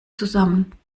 zusammen